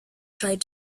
tried